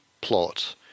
plot